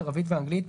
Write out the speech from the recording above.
ערבית ואנגלית,